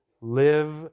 live